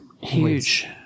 Huge